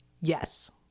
Yes